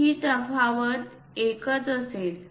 ही तफावत एकच असेल